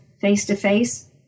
face-to-face